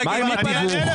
רון, אני אענה לך.